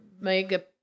make